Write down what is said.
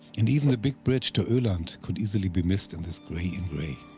and even the big bridge to oland, could easily be missed in this grey in grey.